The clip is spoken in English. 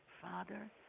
Father